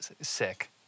sick